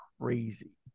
crazy